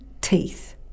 teeth